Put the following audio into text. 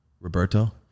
Roberto